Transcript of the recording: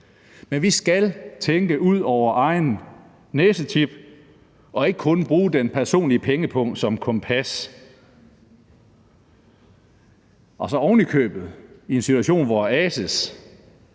Men vi skal tænke ud over egen næsetip og ikke kun bruge den personlige pengepung som kompas, og så er det ovenikøbet i en situation, hvor Ases